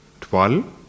12